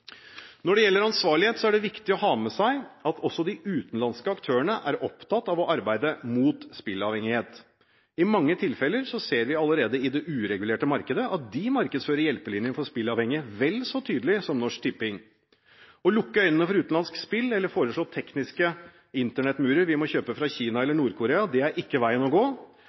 Når det gjelder ansvarlighet, er det viktig å ha med seg at også de utenlandske aktørene er opptatt av å arbeide mot spilleavhengighet. I mange tilfeller ser vi allerede – i det uregulerte markedet – at de markedsfører Hjelpelinjen for spilleavhengige vel så tydelig som Norsk Tipping. Å lukke øynene for utenlandsk spill, eller foreslå tekniske Internett-murer vi må kjøpe fra Kina eller Nord-Korea, er ikke veien å gå.